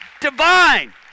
Divine